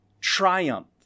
triumph